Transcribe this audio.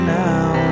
now